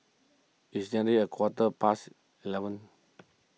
its nearly a quarter past eleven